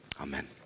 Amen